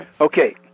Okay